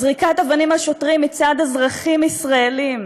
זריקת אבנים על שוטרים מצד אזרחים ישראלים,